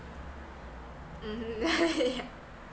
mmhmm